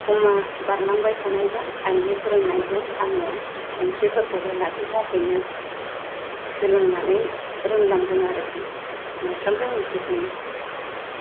समा बारलांबाय थानायजों आइनि फोरोंनायजों आङो ओंख्रिफोरखौबो लासै लासैनो सोलोंनानै रोंलांदों आरोखि मोनफ्रोमबो ओंख्रिखौनो